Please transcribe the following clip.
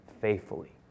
faithfully